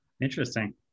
interesting